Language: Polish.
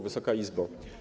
Wysoka Izbo!